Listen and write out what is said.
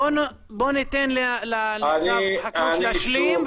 בואו ניתן לניצב חכרוש להשלים.